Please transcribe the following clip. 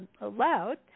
allowed